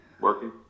working